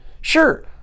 Sure